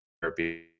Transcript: therapy